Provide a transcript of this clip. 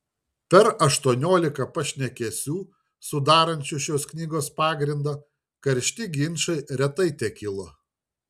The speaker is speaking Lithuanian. per aštuoniolika pašnekesių sudarančių šios knygos pagrindą karšti ginčai retai tekilo